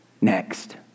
next